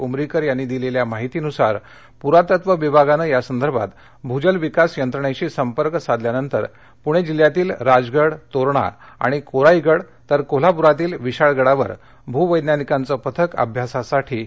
उमरीकर यांनी दिलेल्या माहितीनुसार प्रातत्व विभागानं यासंदर्भात भूजल विकास यंत्रणेशी संपर्कसाधल्यानंतर पूणे जिल्ह्यातील राजगड तोरणा आणि कोराईगड तर कोल्हापुरातील विशाळगडावर भूवैज्ञानिकांचं पथक अभ्यासासाठी पाठवलंजाणार आहे